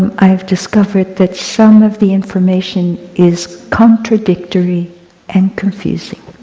um i've discovered that some of the information is contradictory and confusing.